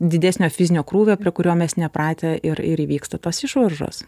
didesnio fizinio krūvio prie kurio mes nepratę ir ir įvyksta tos išvaržos